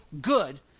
good